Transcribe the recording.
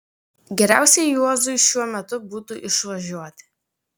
geriausiai juozui šiuo metu būtų išvažiuoti